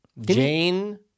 Jane